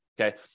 Okay